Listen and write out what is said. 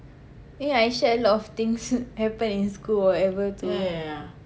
I think I share a lot of things happened in school or whatever to